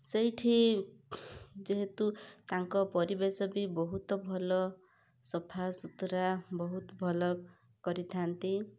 ସେଇଠି ଯେହେତୁ ତାଙ୍କ ପରିବେଶ ବି ବହୁତ ଭଲ ସଫାସୁତୁରା ବହୁତ ଭଲ କରିଥାନ୍ତି